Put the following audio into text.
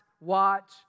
watch